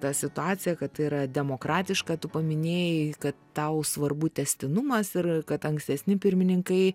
ta situacija kad tai yra demokratiška tu paminėjai kad tau svarbu tęstinumas ir kad ankstesni pirmininkai